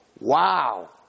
Wow